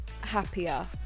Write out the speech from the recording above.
happier